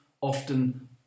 often